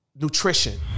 nutrition